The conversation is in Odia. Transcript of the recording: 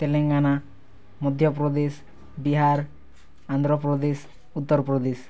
ତେଲେଙ୍ଗାନା ମଧ୍ୟପ୍ରଦେଶ ବିହାର ଆନ୍ଧ୍ରପ୍ରଦେଶ ଉତ୍ତରପ୍ରଦେଶ